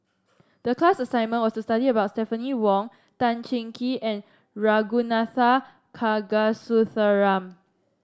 the class assignment was to study about Stephanie Wong Tan Cheng Kee and Ragunathar Kanagasuntheram